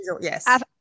Yes